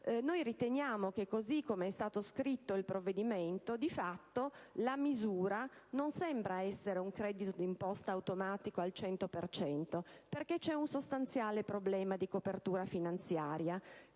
- riteniamo che, così come è stato scritto il provvedimento, la misura non sembri essere un credito di imposta automatico al 100 per cento. Vi è infatti un sostanziale problema di copertura finanziaria,